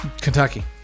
Kentucky